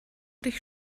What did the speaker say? dich